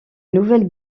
nouvelle